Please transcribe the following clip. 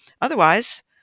Otherwise